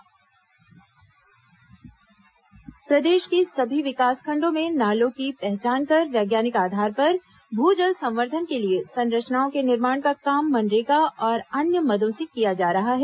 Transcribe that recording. मु जल संवर्धन प्रदेश के सभी विकासखंडों में नालों की पहचान कर वैज्ञानिक आधार पर भू जल संवर्धन के लिए संरचनाओं के निर्माण का काम मनरेगा और अन्य मदों से किया जा रहा है